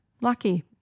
Lucky